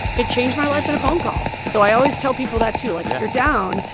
it changed my life in a phone call. so i always tell people that too. like, if you're down,